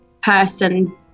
person